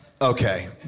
Okay